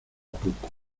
poco